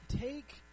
take